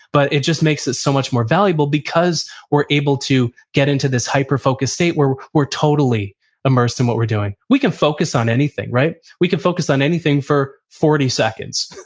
but it just makes it so much more valuable because we're able to get into this hyperfocused state where we're we're totally immersed in what we're doing. we can focus on anything, right? we can focus on anything for forty seconds,